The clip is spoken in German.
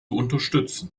unterstützen